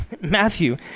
Matthew